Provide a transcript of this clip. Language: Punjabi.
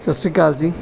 ਸਤਿ ਸ਼੍ਰੀ ਅਕਾਲ ਜੀ